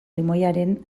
limoiaren